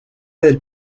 del